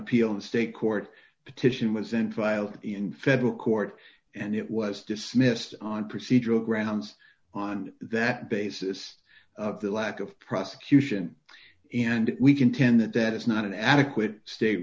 appeal in the state court petition was in trial in federal court and it was dismissed on procedural grounds on that basis the lack of prosecution and we contend that that is not an adequate state